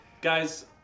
Guys